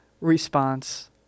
response